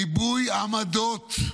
ריבוי עמדות,